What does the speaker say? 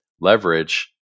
leverage